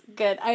good